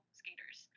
skaters